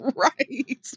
Right